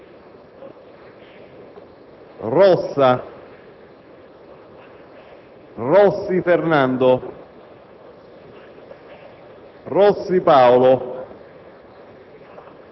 Roilo, Ronchi, Rossa,